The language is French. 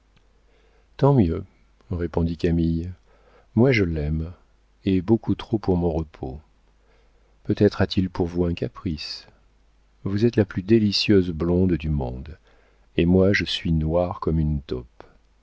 tant mieux répondit camille moi je l'aime et beaucoup trop pour mon repos peut-être a-t-il pour vous un caprice vous êtes la plus délicieuse blonde du monde et moi je suis noire comme une taupe